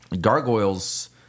gargoyles